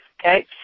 Okay